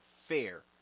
fair